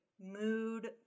mood